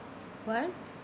what